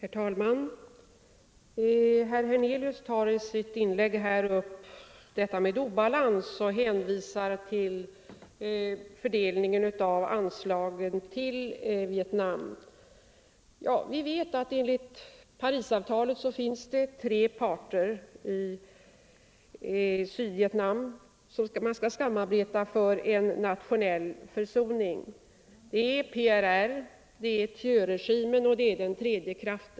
Nr 122 Herr talman! Herr Hernelius tar i sitt inlägg upp frågan om obalans Torsdagen den och hänvisar till fördelningen av anslagen till Vietnam. Vi vet att det 14 november 1974 enligt Parisavtalet finns tre parter i Sydvietnam som skall samarbeta för en nationell försoning. Det är PRR, Thieuregimen och den tredje Ang. det svenska kraften.